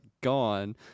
gone